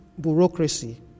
bureaucracy